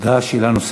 שאלה נוספת.